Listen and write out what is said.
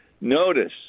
notice